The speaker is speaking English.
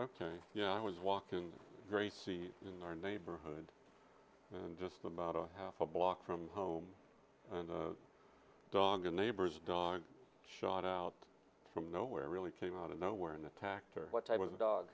ok yeah i was walking great see in our neighborhood and just about a half a block from the dog a neighbor's dog shot out from nowhere really came out of nowhere and attacked what type of dog